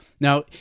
Now